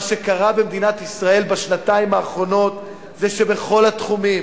מה שקרה במדינת ישראל בשנתיים האחרונות זה שבכל התחומים,